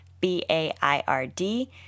B-A-I-R-D